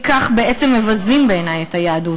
בכך בעצם מבזים בעיני את היהדות,